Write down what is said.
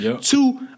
Two